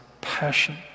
passion